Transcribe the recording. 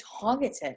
targeted